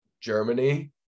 Germany